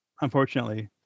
unfortunately